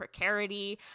precarity